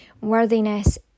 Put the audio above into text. worthiness